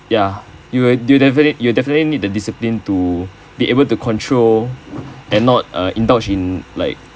ya you you'll defi~ definitely need discipline to be able to control and not uh indulge in like